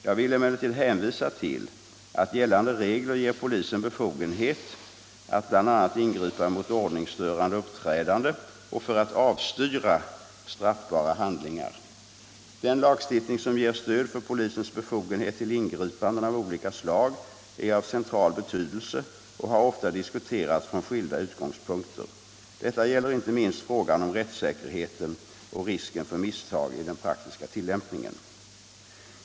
Jag vill emellertid hänvisa till att gällande regler ger polisen befogenhet att bl.a. ingripa mot ordningsstörande uppträdande och för att avstyra straffbara handlingar. Den lagstiftning som ger stöd för polisens befogenhet till ingripanden av olika slag är av central betydelse och har ofta diskuterats från skilda utgångspunkter. Detta gäller inte minst frågan om rättssäkerheten och risken för misstag i den praktiska tillämpningen.